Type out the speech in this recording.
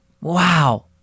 Wow